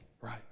right